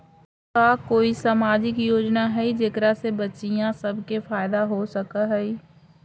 का कोई सामाजिक योजना हई जेकरा से बच्चियाँ सब के फायदा हो सक हई?